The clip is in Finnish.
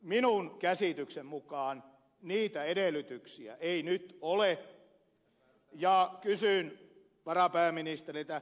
minun käsitykseni mukaan niitä edellytyksiä ei nyt ole ja kysyn varapääministeriltä